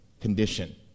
condition